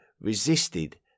resisted